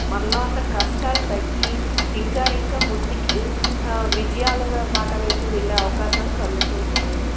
మనలో ఉన్న కష్టాలు తగ్గి ఇంకా ఇంకా ముందుకి విజయాల బాట వైపు వెళ్లే అవకాశం కలుగుతూ ఉంటాయి